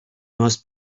must